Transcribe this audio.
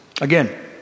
Again